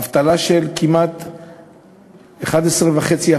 האבטלה כמעט 11.5%,